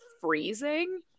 freezing